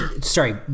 Sorry